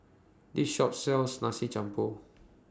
This Shop sells Nasi Campur